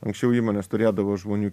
anksčiau įmonės turėdavo žmonių